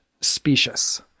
specious